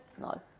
no